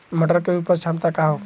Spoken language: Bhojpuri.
मटर के उपज क्षमता का होखे?